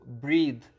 breathe